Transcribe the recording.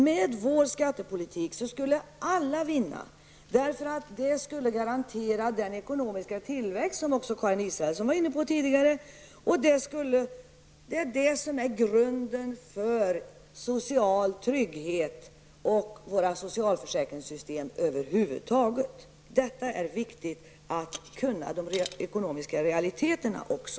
Med moderaternas skattepolitik skulle alla vinna, därför att därmed garanteras den ekonomiska tillväxt som också Karin Israelsson talade om tidigare. Det är grunden för social trygghet och för våra socialförsäkringssystem. Det är viktigt att kunna de ekonomiska realiteterna också.